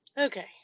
Okay